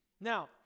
Now